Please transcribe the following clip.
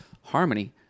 harmony